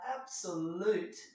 absolute